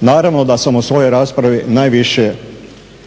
Naravno da sam u svojoj raspravi najviše vremena